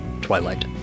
twilight